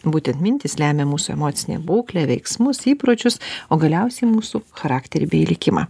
būtent mintys lemia mūsų emocinę būklę veiksmus įpročius o galiausiai mūsų charakterį bei likimą